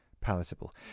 palatable